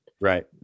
Right